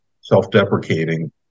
self-deprecating